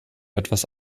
etwas